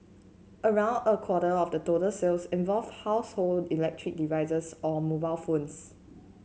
around a quarter of the total sales involved household electric devices or mobile phones